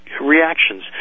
reactions